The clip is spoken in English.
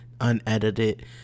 unedited